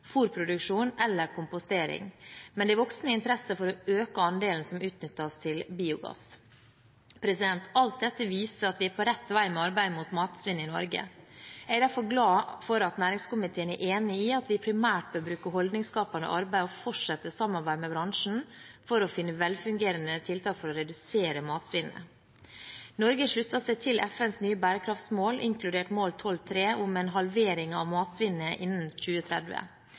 eller kompostering, men det er voksende interesse for å øke andelen som utnyttes til biogass. Alt dette viser at vi er på rett vei med arbeidet mot matsvinn i Norge. Jeg er derfor glad for at næringskomiteen er enig i at vi primært bør bruke holdningsskapende arbeid og fortsette samarbeidet med bransjen for å finne velfungerende tiltak for å redusere matsvinnet. Norge har sluttet seg til FNs nye bærekraftsmål, inkludert mål 12.3, om en halvering av matsvinnet innen 2030.